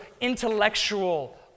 intellectual